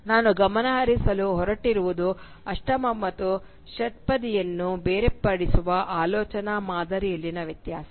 ನಾನು ಗಮನಹರಿಸಲು ಹೊರಟಿರುವುದು ಅಷ್ಟಮ ಮತ್ತು ಷಟ್ಪದಿ ಅನ್ನು ಬೇರ್ಪಡಿಸುವ ಆಲೋಚನಾ ಮಾದರಿಯಲ್ಲಿನ ವ್ಯತ್ಯಾಸ